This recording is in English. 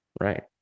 Right